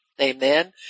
Amen